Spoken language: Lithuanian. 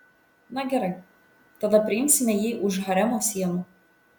na gerai tada priimsime jį už haremo sienų